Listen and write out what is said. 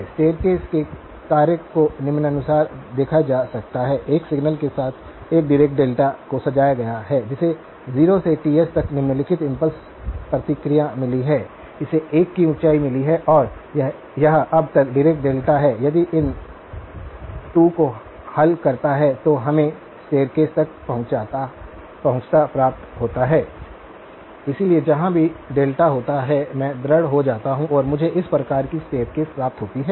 स्टेरकासे के कार्य को निम्नानुसार देखा जा सकता है एक सिग्नल के साथ एक डीरेका डेल्टा को सजाया गया है जिसे 0 से Ts तक निम्नलिखित इम्पल्स प्रतिक्रिया मिली है इसे 1 की ऊंचाई मिली है और यह अब एक डीरेका डेल्टा है यदि इन 2 को हल करता है तो हमें स्टेरकासे का पहुंचता प्राप्त होता है इसलिए जहां भी डेल्टा होता है मैं दृढ़ हो जाता हूं और मुझे इस प्रकार की स्टेरकासे प्राप्त होती हैं